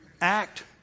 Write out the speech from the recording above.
act